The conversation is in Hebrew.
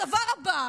הדבר הבא,